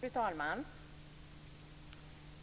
Fru talman!